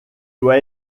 doit